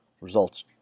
Results